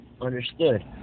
Understood